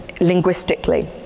linguistically